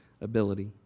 ability